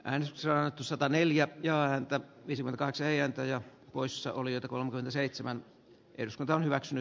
hän sysää sataneljä ja häntä visimme katseelta ja poissaolijoita kannatan tehtyä esitystä